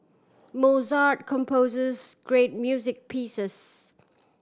Mozart composes great music pieces